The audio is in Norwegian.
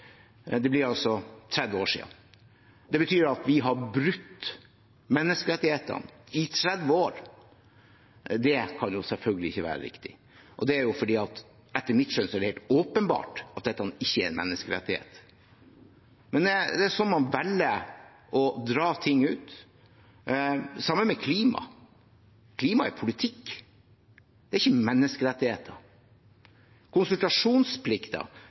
30 år siden. Det betyr at vi har brutt menneskerettighetene i 30 år. Det kan selvfølgelig ikke være riktig, og etter mitt skjønn er det helt åpenbart at dette ikke er en menneskerettighet. Det er som om man velger å dra ting ut. Det er det samme med klima. Klima er politikk. Det er ikke menneskerettigheter.